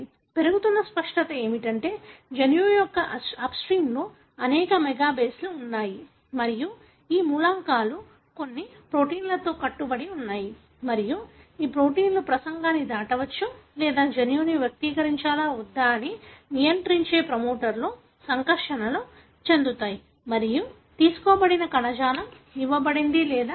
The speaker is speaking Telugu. పెరుగుతున్న స్పష్టత ఏమిటంటే జన్యువు యొక్క అప్స్ట్రీమ్లోని అనేక మెగా బేస్లు ఉన్నాయి మరియు ఈ మూలకాలు కొన్ని ప్రోటీన్లతో కట్టుబడి ఉంటాయి మరియు ఈ ప్రోటీన్లు ప్రసంగాన్ని దాటవచ్చు లేదా జన్యువును వ్యక్తీకరించాలా వద్దా అని నియంత్రించే ప్రమోటర్తో సంకర్షణ చెందుతాయి మరియు తీసుకోబడిన కణజాలం ఇవ్వబడింది లేదా చెప్తాయి